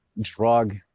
drug